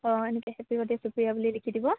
অঁ এনেকৈ happy birthday Supriya বুলি লিখি দিব